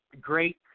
great